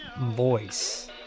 voice